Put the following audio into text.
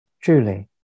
Truly